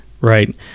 right